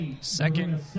Second